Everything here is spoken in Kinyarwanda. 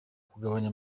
kugabanya